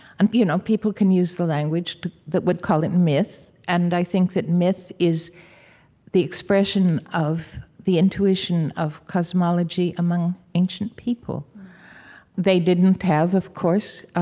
and you know people can use the language that would call it myth, and i think that myth is the expression of the intuition of cosmology among ancient people they didn't have, of course,